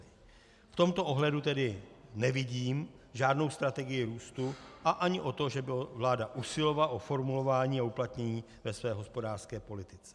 V tomto ohledu tedy nevidím žádnou strategii růstu a ani to, že by vláda usilovala o formulování a uplatnění ve své hospodářské politice.